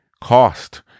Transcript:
Cost